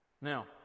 Now